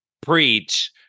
preach